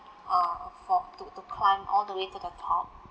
uh for to to climb all the way to the top